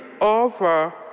over